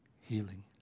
healing